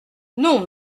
non